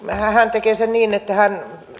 tekee sen niin että